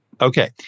Okay